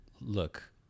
look